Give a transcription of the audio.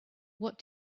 what